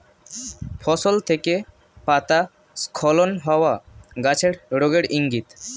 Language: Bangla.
ফসল থেকে পাতা স্খলন হওয়া গাছের রোগের ইংগিত